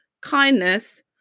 Kindness